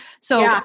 So-